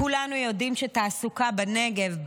כולנו יודעים שתעסוקה בנגב,